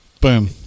boom